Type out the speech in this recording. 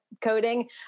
coding